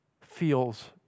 feels